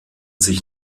sich